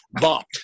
bumped